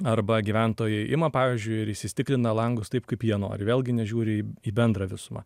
arba gyventojai ima pavyzdžiui ir įstiklina langus taip kaip jie nori vėlgi nežiūri į į bendrą visumą